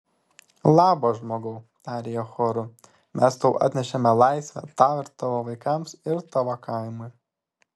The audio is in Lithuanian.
labas žmogau tarė jie choru mes tau atnešėme laisvę tau ir tavo vaikams ir tavo kaimui